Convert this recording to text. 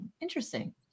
interesting